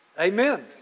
amen